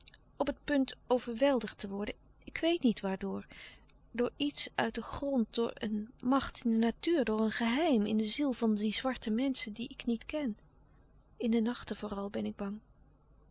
op het punt overweldigd te worden ik weet niet waardoor door iets uit den grond door een macht in de natuur door een geheim in de ziel van die zwarte menschen die ik niet ken in de nachten vooral ben ik bang